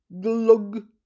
glug